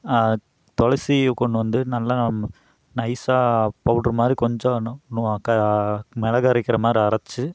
துளசியை கொண்டு வந்து நல்லா நம் நைஸாக பௌடரு மாதிரி கொஞ்சோனுனுவாக்க மிளகு அரைக்கிற மாரி அரைச்சி